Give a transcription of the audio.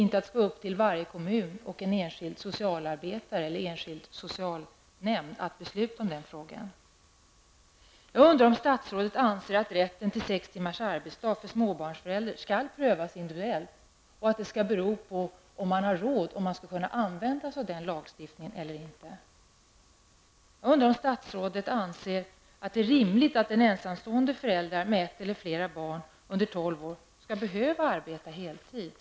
Det skall inte ankomma på en enskild socialarbetare eller socialnämnd i varje kommun att besluta om den frågan. Jag undrar om statsrådet anser att rätten till sex timmars arbetsdag för småbarnsföräldrar skall prövas individuellt. Skall det vara beroende av om man har råd att använda sig av den lagstiftningen eller inte? Jag undrar om statsrådet anser att det är rimligt att en ensamstående förälder med ett eller flera barn under tolv år skall behöva arbeta heltid.